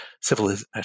civilization